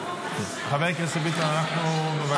--- חבר הכנסת ביטון, אנחנו מבקשים.